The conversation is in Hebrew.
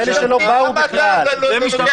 כי כל החוק הזה הוא הוראת שעה - נגיף